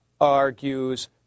argues